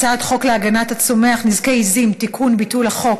הצעת חוק להגנת הצומח (נזקי עיזים) (תיקון) (ביטול החוק),